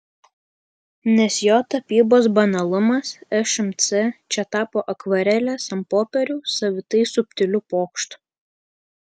nes jo tapybos banalumas šmc čia tapo akvarelės ant popieriaus savitai subtiliu pokštu